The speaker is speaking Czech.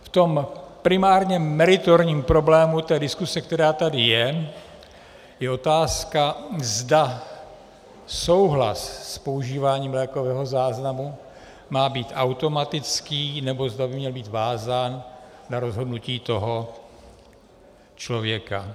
V tom primárně meritorním problému diskuze, která tady je, je otázka, zda souhlas s používáním lékového záznamu má být automatický, nebo zda by měl být vázán na rozhodnutí toho člověka.